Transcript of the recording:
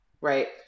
right